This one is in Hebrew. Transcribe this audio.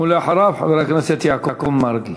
ואחריו, חבר הכנסת יעקב מרגי.